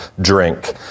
drink